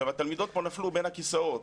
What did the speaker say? התלמידות פה נפלו בין הכיסאות.